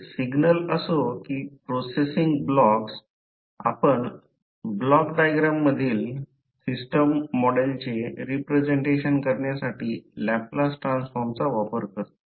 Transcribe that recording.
हे सिग्नल असो की प्रोसेसिंग ब्लॉक्स आपण ब्लॉक डायग्राम मधील सिस्टम मॉडेलचे रिप्रेझेंटेशन करण्यासाठी लॅपलास ट्रान्सफॉर्मचा वापर करतो